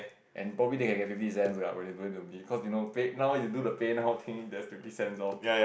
and probably they can get fifty cents lah when they donate to me cause you know pay you know now you do the Paynow thing got the fifty cents off